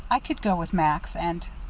i could go with max, and